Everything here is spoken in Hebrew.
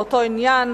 באותו עניין.